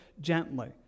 gently